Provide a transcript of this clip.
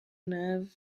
neuve